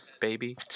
baby